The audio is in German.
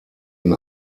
ihn